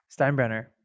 Steinbrenner